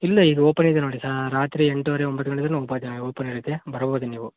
ಇಲ್ಲೇ ಇದು ಓಪನ್ ಇದೆ ನೋಡಿ ಸರ್ ರಾತ್ರಿ ಎಂಟೂವರೆ ಒಂಬತ್ತು ಓಪನ್ ಐತೆ ಬರಬೋದು ನೀವು